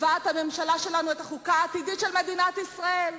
קובעת הממשלה שלנו את החוקה העתידית של מדינת ישראל?